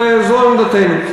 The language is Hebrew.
זו עמדתנו.